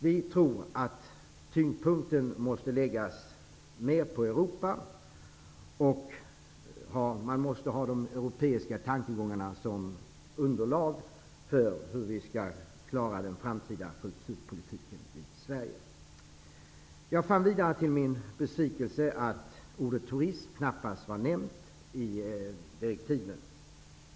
Vi tror att tyngdpunkten måste läggas mer på Europa och att man måste ha de europeiska tankegångarna som underlag för hur vi skall klara den framtida kulturpolitiken i Sverige. Jag fann vidare till min besvikelse att ordet turism knappast var nämnt i direktiven.